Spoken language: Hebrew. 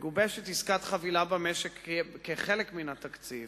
מגובשת עסקת חבילה במשק כחלק מהתקציב,